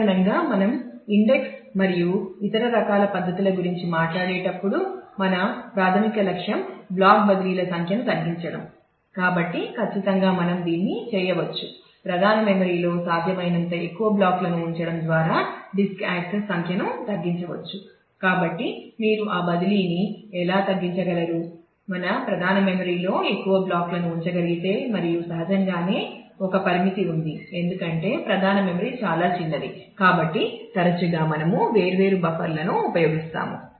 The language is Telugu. సాధారణంగా మనం ఇండెక్స్లను ఉపయోగిస్తాము